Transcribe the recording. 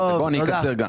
אני אקצר גם.